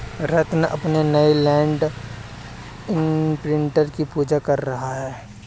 रत्न अपने नए land imprinter की पूजा कर रहा है